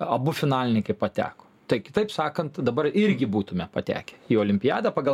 abu finalininkai pateko tai kitaip sakant dabar irgi būtume patekę į olimpiadą pagal